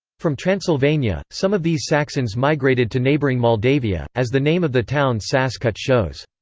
from transylvania, some of these saxons migrated to neighbouring moldavia, as the name of the town sas-cut shows.